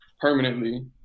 permanently